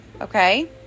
okay